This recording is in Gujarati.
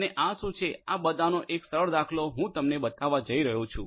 અને આ શું છે આ બધાંનો એક સરળ દાખલો હું તમને બતાવવા જઇ રહ્યો છું